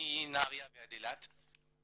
מנהריה ועד אילת,